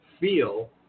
feel